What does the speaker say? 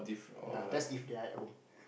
ya that's if they're at home